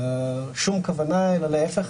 שום כוונה, אלא להפך.